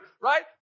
Right